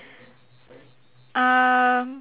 um